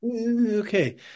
Okay